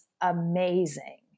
amazing